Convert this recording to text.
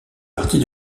partie